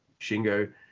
shingo